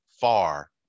far